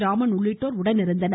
ராமன் உள்ளிட்டோர் உடனிருந்தனர்